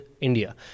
India